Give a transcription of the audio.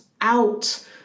out